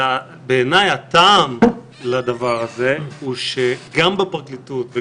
בעיניי הטעם לדבר הזה הוא שגם בפרקליטות,